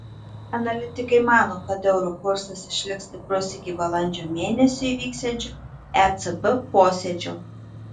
analitikai mano kad euro kursas išliks stiprus iki balandžio mėnesį įvyksiančio ecb posėdžio